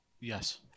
Yes